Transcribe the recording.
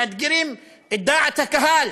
מאתגרים את דעת הקהל,